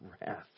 wrath